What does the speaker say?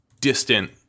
distant